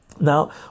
now